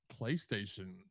PlayStation